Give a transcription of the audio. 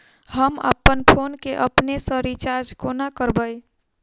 हम अप्पन फोन केँ अपने सँ रिचार्ज कोना करबै?